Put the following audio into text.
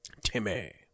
Timmy